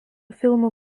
filmų